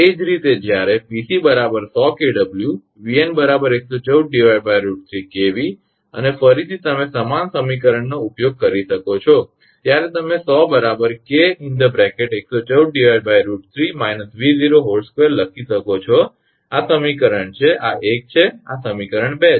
એ જ રીતે જ્યારે 𝑃𝑐 100 𝑘𝑊 𝑉𝑛 114√3 𝑘𝑉 અને ફરીથી તમે સમાન સમીકરણનો ઉપયોગ કરી શકો છો ત્યારે તમે 100 𝐾114√3−𝑉02 લખી શકો છો આ સમીકરણ છે આ 1 છે આ સમીકરણ 2 છે